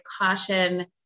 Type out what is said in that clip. caution